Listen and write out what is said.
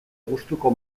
gustuko